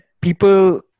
people